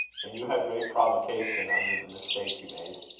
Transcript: and you had great provocation under the mistake you made.